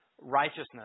righteousness